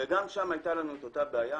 וגם שם היתה לנו אותה בעיה.